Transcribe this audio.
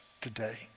today